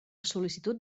sol·licitud